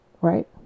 right